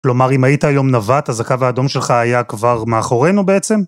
כלומר אם היית היום נווט אז הקו האדום שלך היה כבר מאחורינו בעצם.